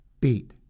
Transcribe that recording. beat